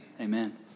Amen